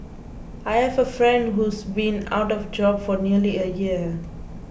I have a friend who's been out of job for nearly a year